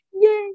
Yay